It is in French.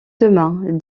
demain